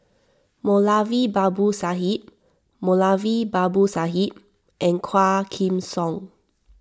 Moulavi Babu Sahib Moulavi Babu Sahib and Quah Kim Song